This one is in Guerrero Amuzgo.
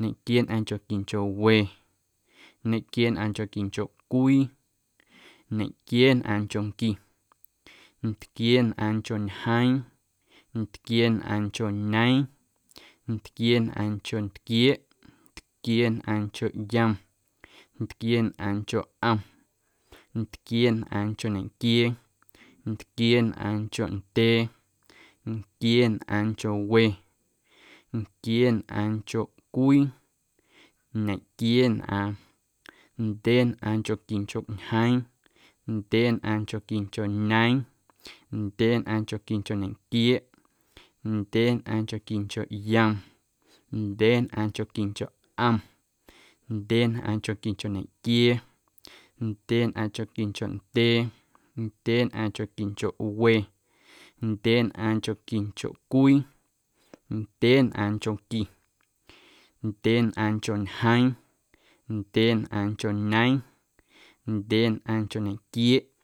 ñequieenꞌaaⁿnchonquincho we, ñequieenꞌaaⁿnchonquincho cwii, ñequieenꞌaaⁿnchonqui, ntquieenꞌaaⁿncho ñjeeⁿ, ntquieenꞌaaⁿncho ñeeⁿ, ntquieenꞌaaⁿncho ntquieeꞌ, ntquieenꞌaaⁿncho yom, ntquieenꞌaaⁿncho ꞌom, ntquieenꞌaaⁿncho ñequiee, ntquieenꞌaaⁿncho ndyee, ntquieenꞌaaⁿncho we, ntquieenꞌaaⁿncho cwii, ñequieenꞌaaⁿ, ndyeenꞌaaⁿnchonquincho ñjeeⁿ, ndyeenꞌaaⁿnchonquincho ñeeⁿ, ndyeenꞌaaⁿnchonquincho nequieeꞌ, ndyeenꞌaaⁿnchonquincho yom, ndyeenꞌaaⁿnchonquincho ꞌom, ndyeenꞌaaⁿnchonquincho ñequiee, ndyeenꞌaaⁿnchonquincho ndyee, ndyeenꞌaaⁿnchonquincho we, ndyeenꞌaaⁿnchonquincho cwii, ndyeenꞌaaⁿnchonqui, ndyeenꞌaaⁿncho ñjeeⁿ, ndyeenꞌaaⁿncho ñeeⁿ, ndyeenꞌaaⁿncho nequieeꞌ.